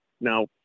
now